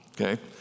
okay